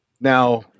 Now